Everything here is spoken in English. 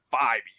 five